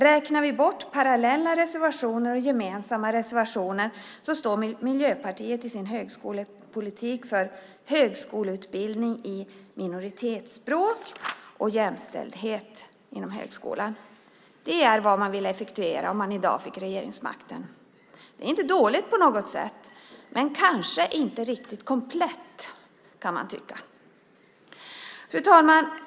Räknar vi bort parallella reservationer och gemensamma reservationer står Miljöpartiet i sin högskolepolitik för högskoleutbildning i minoritetsspråk och jämställdhet inom högskolan. Det är vad man vill effektuera om man i dag fick regeringsmakten. Det är inte dåligt på något sätt, men det är kanske inte riktigt komplett, kan man tycka. Fru talman!